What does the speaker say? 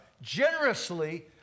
generously